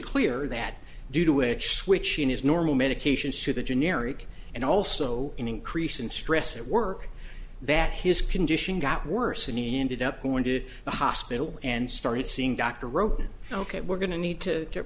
clear that due to which switching his normal medications to the generic and also increasing stress at work that his condition got worse and he ended up going to the hospital and started seeing doctor oh ok we're going to need to get